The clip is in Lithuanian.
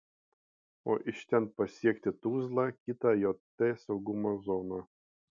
o iš ten pasiekti tuzlą kitą jt saugumo zoną